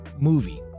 movie